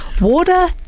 Water